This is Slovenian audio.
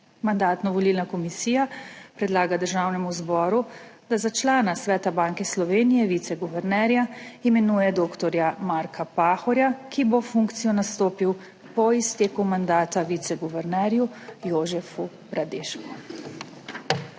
Mandatno-volilna komisija predlaga Državnemu zboru, da za člana Sveta Banke Slovenije - viceguvernerja imenuje dr. Marka Pahorja, ki bo funkcijo nastopil po izteku mandata viceguvernerju Jožefu Bradešku.